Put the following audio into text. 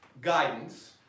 guidance